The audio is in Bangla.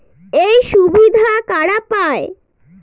এই সুবিধা কারা পায়?